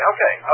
Okay